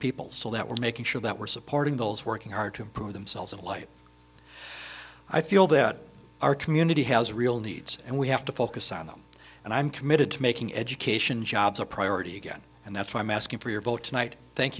people so that we're making sure that we're supporting those working hard to improve themselves and life i feel that our community has real needs and we have to focus on them and i'm committed to making education jobs a priority again and that's why i'm asking for your vote tonight thank